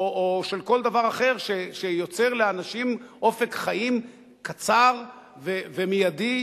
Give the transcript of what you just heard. של כל דבר אחר שיוצר לאנשים אופק חיים קצר ומיידי,